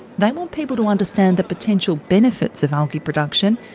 they want people to understand the potential benefits of algae production,